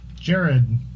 Jared